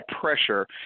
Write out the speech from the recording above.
pressure